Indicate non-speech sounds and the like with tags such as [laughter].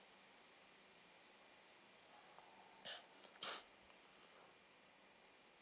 [breath]